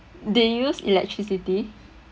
they use electricity